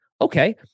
Okay